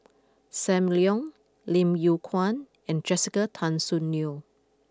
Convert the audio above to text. Sam Leong Lim Yew Kuan and Jessica Tan Soon Neo